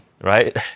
right